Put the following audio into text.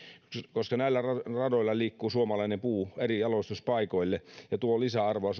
koska näillä radoilla liikkuu suomalainen puu eri jalostuspaikoille ja tuo lisäarvoa